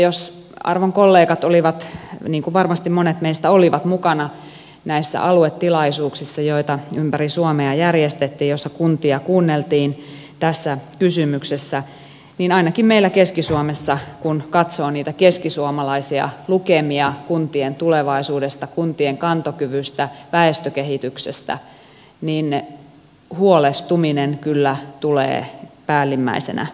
jos arvon kollegat olivat niin kuin varmasti monet meistä olivat mukana näissä aluetilaisuuksissa joita ympäri suomea järjestettiin ja joissa kuntia kuunneltiin tässä kysymyksessä niin ainakin meillä keski suomessa kun katsoo niitä keskisuomalaisia lukemia kuntien tulevaisuudesta kuntien kantokyvystä väestökehityksestä huolestuminen kyllä tulee päällimmäisenä pintaan